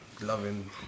loving